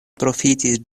profitis